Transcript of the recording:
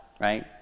right